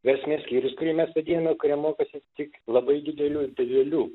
versmės skyrius kurį mes vadiname kuriam mokosi tik labai didelių ir didelių